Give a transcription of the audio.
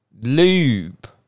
lube